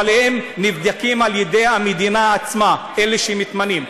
אבל הם נבדקים על ידי המדינה עצמה, אלה שמתמנים.